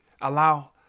Allow